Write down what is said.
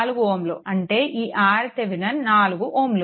5 4 Ω అంటే ఈ RThevenin 4 Ω